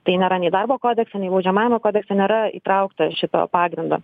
tai nėra nei darbo kodekse nei baudžiamajame kodekse nėra įtraukta šito pagrindo